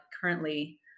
currently